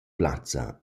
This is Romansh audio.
plazza